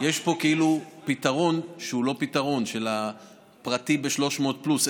יש פה כאילו פתרון שהוא לא פתרון של הפרטי ב-300 שקל פלוס.